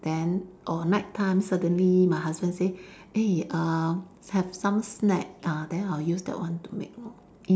then or night time suddenly my husband say eh uh have some snack ah then I'll use that one to make lor